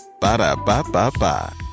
Ba-da-ba-ba-ba